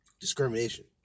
discrimination